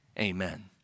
Amen